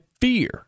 fear